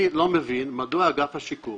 אני לא מבין מדוע אגף השיקום